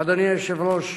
אדוני היושב-ראש,